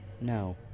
No